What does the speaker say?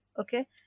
okay